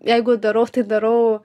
jeigu darau tai darau